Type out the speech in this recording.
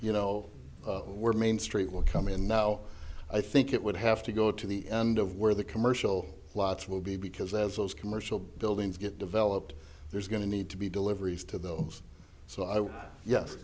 you know where main street will come in now i think it would have to go to the end of where the commercial lots will be because as those commercial buildings get developed there's going to need to be deliveries to those so i